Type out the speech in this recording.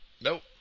Nope